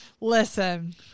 Listen